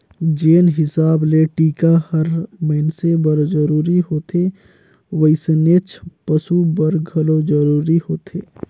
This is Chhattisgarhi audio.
जेन हिसाब ले टिका हर मइनसे बर जरूरी होथे वइसनेच पसु बर घलो जरूरी होथे